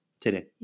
today